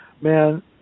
Man